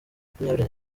makumyabiri